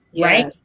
right